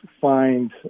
find